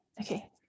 okay